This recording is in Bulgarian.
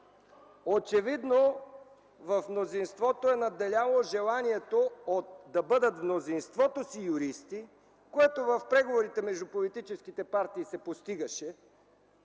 Очевидно в мнозинството е надделяло от желанието „да бъдат в мнозинството си юристи”, което в преговорите между политическите партии се постигаше,